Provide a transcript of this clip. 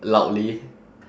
loudly